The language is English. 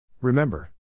Remember